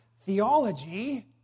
theology